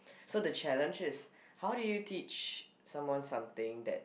so the challenge is how do you teach someone something that